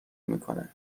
میکنه